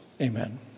amen